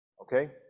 Okay